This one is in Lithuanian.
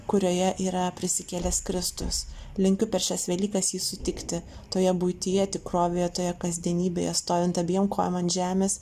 kurioje yra prisikėlęs kristus linkiu per šias velykas jį sutikti toje buityje tikrovėje toje kasdienybėje stovint abiem kojom ant žemės